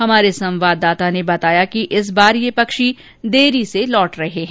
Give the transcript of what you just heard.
हमारे संवाददाता ने बताया कि इस बार पक्षी देरी से लौट रहे हैं